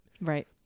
Right